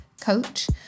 coach